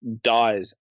dies